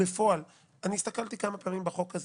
אבל בפועל יש בחוק הזה